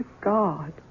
God